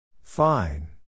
Fine